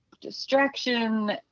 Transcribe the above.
distraction